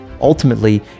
Ultimately